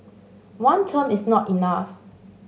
one term is not enough